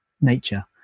nature